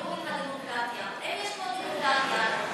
אם יש פה דמוקרטיה,